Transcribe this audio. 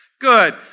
Good